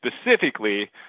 specifically